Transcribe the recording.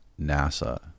NASA